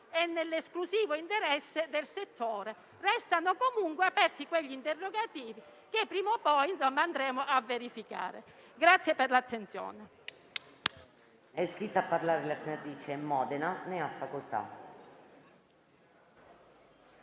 e nell'esclusivo interesse del settore. Restano comunque aperti quegli interrogativi che prima o poi andremo a verificare.